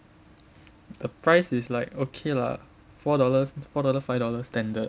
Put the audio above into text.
the price is like ok lah four dollars five dollars standard